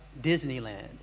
Disneyland